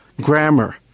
grammar